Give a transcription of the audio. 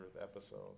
episode